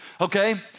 okay